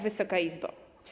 Wysoka Izbo!